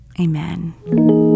Amen